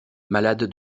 malade